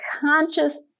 conscious